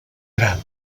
gran